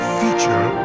feature